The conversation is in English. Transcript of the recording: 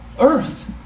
earth